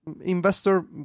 investor